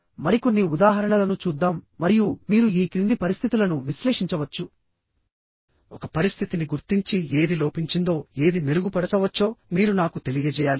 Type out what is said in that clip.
మరికొన్ని ఉదాహరణలను చూద్దాం మరియు మీరు ఈ క్రింది పరిస్థితులను విశ్లేషించవచ్చు ఒక పరిస్థితిని గుర్తించి ఏది లోపించిందో ఏది మెరుగుపరచవచ్చో మీరు నాకు తెలియజేయాలి